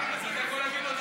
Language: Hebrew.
אז אתה יכול להגיד לו,